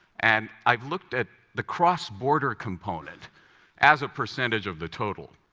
and i've looked at the cross-border component as a percentage of the total.